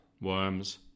worms